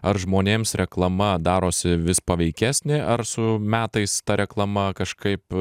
ar žmonėms reklama darosi vis paveikesnė ar su metais ta reklama kažkaip